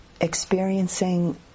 experiencing